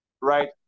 Right